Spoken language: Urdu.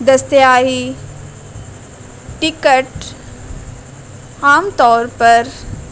دستیابی ٹکٹ عام طور پر